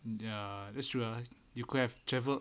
ya that's true uh you could have traveled